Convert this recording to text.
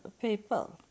people